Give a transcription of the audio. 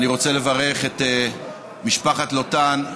אני רוצה לברך את משפחת לוטן,